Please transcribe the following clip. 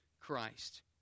Christ